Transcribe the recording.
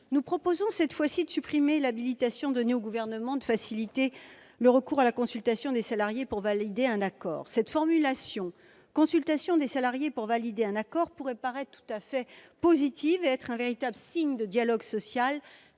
nous proposons cette fois-ci de supprimer l'habilitation donnée au Gouvernement de faciliter le recours à la consultation des salariés pour valider un accord. Certes, la formulation « consultation des salariés [...] pour valider un accord » pourrait paraître positive et représenter un véritable signe de dialogue social